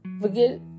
forget